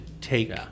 take